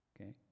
okay